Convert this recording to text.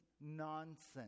nonsense